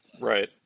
right